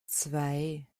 zwei